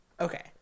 Okay